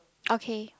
okay